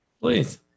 Please